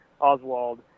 Oswald